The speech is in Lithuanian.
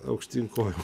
aukštyn kojom